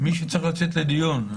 מי שצריך לצאת לדיון.